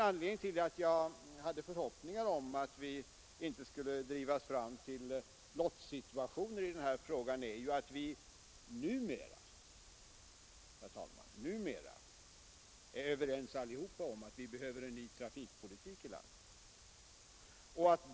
Anledningen till att jag hade förhoppningar om att vi inte skulle driva fram till en lottsituation i denna fråga är att vi numera är överens om att vi behöver en ny trafikpolitik i landet.